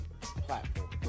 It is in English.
platform